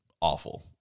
awful